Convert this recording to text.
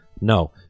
No